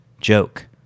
joke